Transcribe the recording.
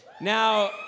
Now